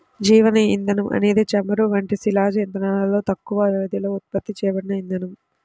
జీవ ఇంధనం అనేది చమురు వంటి శిలాజ ఇంధనాలలో తక్కువ వ్యవధిలో ఉత్పత్తి చేయబడిన ఇంధనం